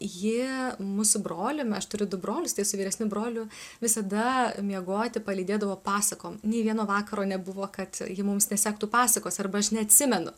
ji mus su broliu aš turiu du brolius tai su vyresniu broliu visada miegoti palydėdavo pasakom nei vieno vakaro nebuvo kad ji mums nesektų pasakos arba aš neatsimenu